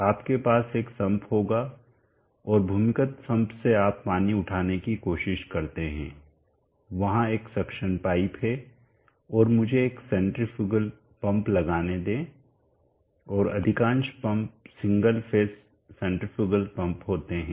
आपके पास एक सम्प होगा और भूमिगत सम्प से आप पानी उठाने की कोशिश करते हैं वहां एक सक्शन पाइप है और मुझे एक सेंट्रीफ्यूगल पंप लगाने दें और अधिकांश pump single phase centrifugal pump होते हैं